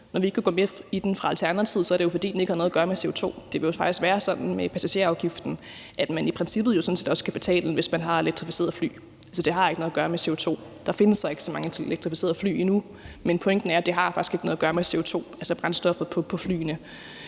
Når vi ikke kunne gå med i den fra Alternativets side, er det jo, fordi den ikke har noget at gøre med CO2. Det vil faktisk være sådan med passagerafgiften, at man jo i princippet også skal betale den, hvis man har et elektrificeret fly. Så det har ikke noget at gøre med CO2. Der findes så ikke så mange elektrificerede fly endnu, men pointen er, at det faktisk ikke har noget at gøre med CO2, altså brændstoffet på flyene.